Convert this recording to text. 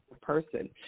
person